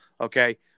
okay